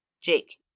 Jake